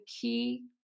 key